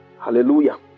Hallelujah